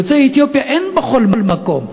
יוצאי אתיופיה אין בכל מקום,